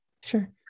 Sure